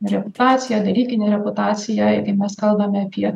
reputaciją dalykinę reputaciją jeigu mes kalbame apie